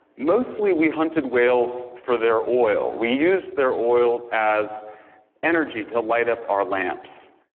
mostly we hunted whales for their oil. we used their oil as energy to light up our lamps.